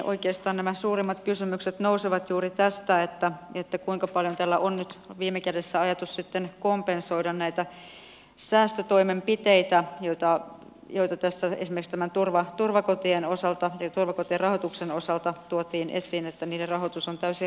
oikeastaan nämä suurimmat kysymykset nousevat juuri tästä kuinka paljon tällä on nyt viime kädessä ajatus sitten kompensoida näitä säästötoimenpiteitä joita tässä esimerkiksi turvakotien osalta ja turvakotien rahoituksen osalta tuotiin esiin että niiden rahoitus on täysin riittämätön